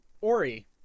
Ori